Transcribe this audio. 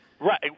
right